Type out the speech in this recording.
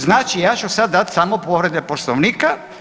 Znači ja ću sad dat samo povrede Poslovnika.